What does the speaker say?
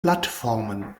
plattformen